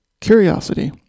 curiosity